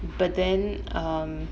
but then um